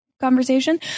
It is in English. conversation